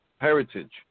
heritage